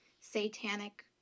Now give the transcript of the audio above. satanic